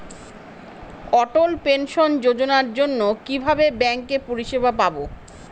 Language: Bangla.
অটল পেনশন যোজনার জন্য কিভাবে ব্যাঙ্কে পরিষেবা পাবো?